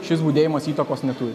šis budėjimas įtakos neturi